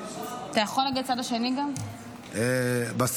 --- חבר הכנסת ששון גואטה, זה מפריע.